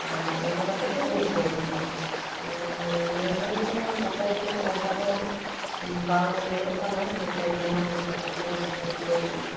ᱟᱨ ᱚᱱᱠᱟ ᱠᱟᱛᱮᱫ ᱜᱮ ᱮᱱᱮᱡ ᱠᱚ ᱩᱰᱩᱠᱚᱜᱼᱟ ᱱᱤᱭᱟᱹ ᱜᱷᱟᱹᱲᱤ ᱫᱚ ᱫᱟᱸᱥᱟᱭ ᱨᱮᱫᱚ ᱚᱱᱠᱟ ᱫᱚ ᱵᱟᱝ ᱧᱮᱞᱚᱜ ᱠᱟᱱᱟ ᱡᱮ ᱯᱮᱱ ᱡᱟᱢᱟ ᱦᱚᱨᱚᱜ ᱠᱟᱛᱮ ᱫᱟᱸᱥᱟᱭ ᱠᱚ ᱮᱱᱮᱡᱟ